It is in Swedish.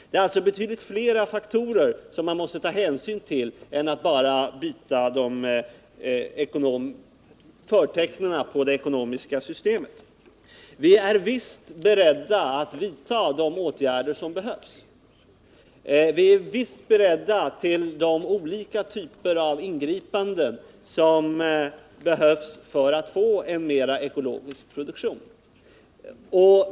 Det är alltså betydligt flera faktorer man måste ta hänsyn till än förtecknen på det ekonomiska systemet. Vi är beredda att vidta de åtgärder som behövs. Vi är beredda till de olika typer av ingripanden som behövs för att få en mera ekologisk produktion.